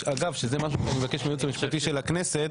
אגב שזה מה שאני מבקש מהיועץ המשפטי של הכנסת,